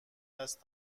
است